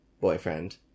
boyfriend